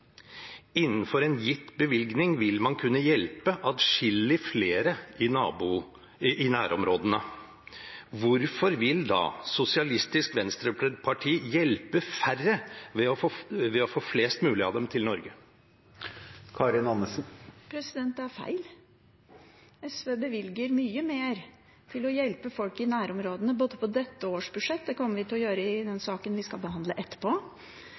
Innenfor en gitt bevilgning vil man kunne hjelpe adskillig flere i nærområdene. Hvorfor vil da SV hjelpe færre ved å få flest mulig av dem til Norge? Det er feil. SV bevilger mye mer til å hjelpe folk i nærområdene, både i dette årets budsjett – det kommer vi til å gjøre i saken vi skal behandle etterpå